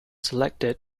selected